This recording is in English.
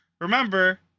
Remember